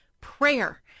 prayer